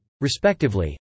respectively